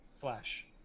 Flash